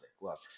Look